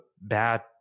bad